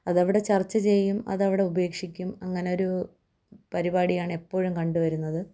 അതവിടെ ചർച്ച ചെയ്യും അതവിടെ ഉപേക്ഷിക്കും അങ്ങനെ ഒരു പരിപാടിയാണ് എപ്പോഴും കണ്ടുവരുന്നത്